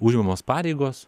užimamos pareigos